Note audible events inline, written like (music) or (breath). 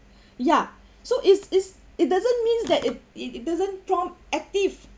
(breath) ya so is is it doesn't mean that it it it doesn't prompt active